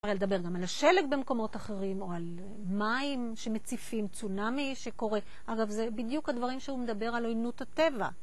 אפשר היה לדבר גם על השלג במקומות אחרים, או על מים שמציפים, צונאמי שקורה, אגב, זה בדיוק הדברים שהוא מדבר על עוינות הטבע